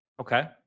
okay